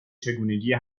چگونگی